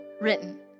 written